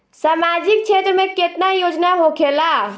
सामाजिक क्षेत्र में केतना योजना होखेला?